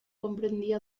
comprendía